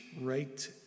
right